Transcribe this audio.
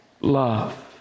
love